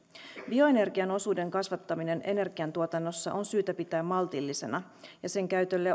bioenergian osuuden kasvattaminen energiantuotannossa on syytä pitää maltillisena ja sen käytölle